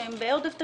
שהם בעודף תקציבי,